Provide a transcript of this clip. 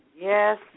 Yes